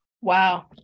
wow